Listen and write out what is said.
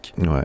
Ouais